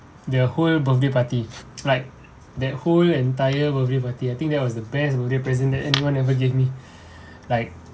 the whole birthday party like that whole entire birthday party I think that was the best birthday present that anyone ever gave me like